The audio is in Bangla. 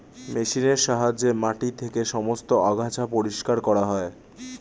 মেশিনের সাহায্যে মাটি থেকে সমস্ত আগাছা পরিষ্কার করা হয়